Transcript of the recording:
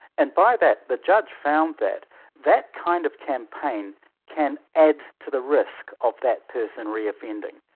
and by that, the judge found that that kind of campaign can add to the risk of that person reoffending.